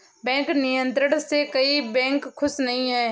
bank नियंत्रण से कई बैंक खुश नही हैं